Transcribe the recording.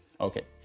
Okay